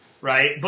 right